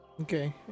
Okay